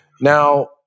Now